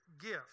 gift